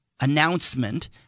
announcement